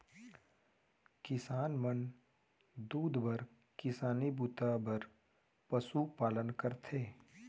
किसान मन दूद बर किसानी बूता बर पसु पालन करथे